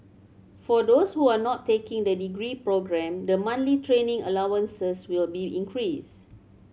for those who are not taking the degree programme the monthly training allowances will be increased